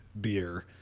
beer